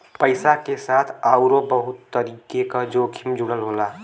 पइसा के साथ आउरो बहुत तरीके क जोखिम जुड़ल होला